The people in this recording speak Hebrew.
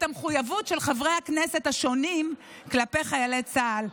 המחויבות של חברי הכנסת השונים כלפי חיילי צה"ל.